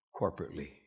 corporately